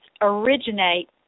originate